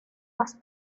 más